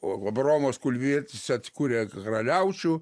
o abraomas kulvietis atkūrė karaliaučių